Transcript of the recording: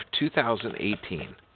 2018